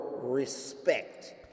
respect